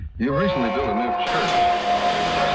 new. you recently built a new church and